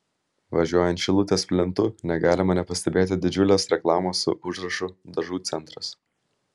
važiuojant šilutės plentu negalima nepastebėti didžiulės reklamos su užrašu dažų centras